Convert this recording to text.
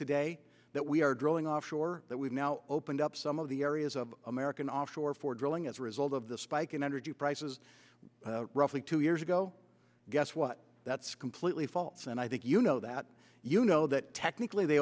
today that we are drilling offshore that we've now opened up some of the areas of american offshore for drilling as a result of the spike in energy prices roughly two years ago guess what that's completely false and i think you know that you know that technically they